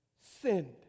sinned